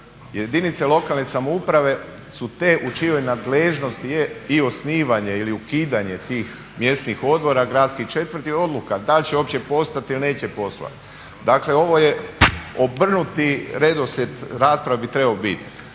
Jedinice lokalne samouprave su te u čijoj nadležnosti je i osnivanje ili ukidanje tih mjesnih odbora, gradskih četvrti odluka da li će uopće …/Govornik se ne razumije./… Dakle, ovo je obrnuti redoslijed rasprave bi trebao biti.